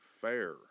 fair